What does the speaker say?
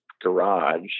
garage